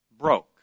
broke